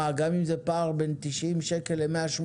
מה גם אם זה פער בין 90 שקל ל-180?